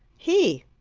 he.